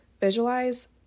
Visualize